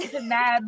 mad